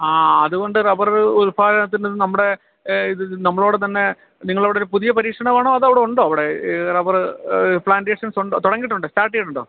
ആ അതു കൊണ്ട് റബ്ബർ ഉൽപ്പാദനത്തിനിത് നമ്മുടെ ഇതിത് നമ്മളോടു തന്നെ നിങ്ങളോടൊരു പുതിയ പരീക്ഷണമാണോ അതോ അവിടെയുണ്ടോ അവിടെ റബ്ബർ പ്ലാൻറ്റേഷൻസുണ്ടോ തുടങ്ങിയിട്ടുണ്ടോ സ്റ്റാർട്ട് ചെയ്തിട്ടുണ്ടോ